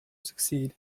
succeed